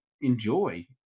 enjoy